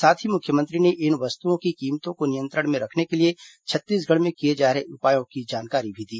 साथ ही मुख्यमंत्री ने इन वस्तुओं की कीमतों को नियंत्रण में रखने के लिए छत्तीसगढ़ में किए जा रहे उपायों की जानकारी भी दी